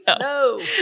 No